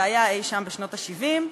זה היה אי-שם בשנות ה-70,